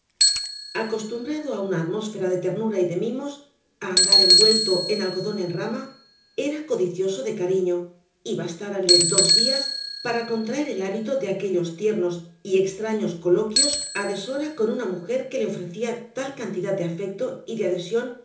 acostumbrado á una atmósfera de ternura y de mimos á andar envuelto en algodón en rama era codicioso de cariño y bastáranle dos días para contraer el hábito de aquellos tiernos y extraños coloquios á deshora con una mujer que le ofrecía tal cantidad de afecto y de adhesión